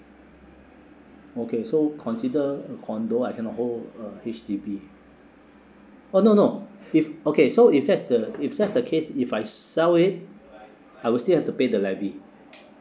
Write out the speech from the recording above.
okay so consider a condo I cannot hold a H_D_B oh no no if okay so if that's the if that's the case if I s~ sell it I will still have to pay the levy